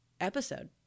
episode